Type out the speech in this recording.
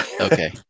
Okay